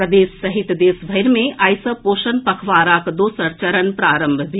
प्रदेश सहित देशभरि मे आइ सँ पोषण पखवाड़ाक दोसर चरण प्रारंभ भेल